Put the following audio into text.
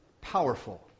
powerful